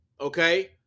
Okay